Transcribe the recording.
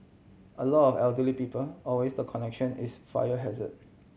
a lot of elderly people always the connection is fire hazard